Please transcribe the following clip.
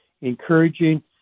encouraging